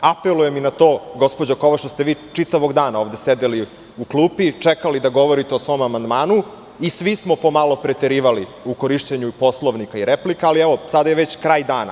Apelujem i na to, gospođo Kovač, što ste vi ovde čitavog dana sedeli u klupi i čekali da govorite o svom amandmanu i svi smo pomalo preterivali u korišćenju poslovnika i replika, ali sada je već kraj dana.